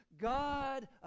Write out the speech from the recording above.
God